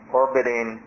orbiting